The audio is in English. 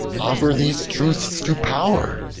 offer these truths to pow'r,